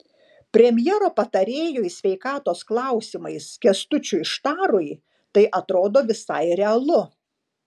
premjero patarėjui sveikatos klausimais kęstučiui štarui tai atrodo visai realu